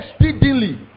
speedily